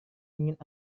ingin